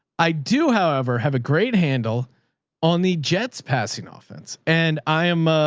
i do however, have a great handle on the jets passing ah offense. and i am ah